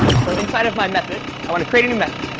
um so inside of my method i want to create a new method.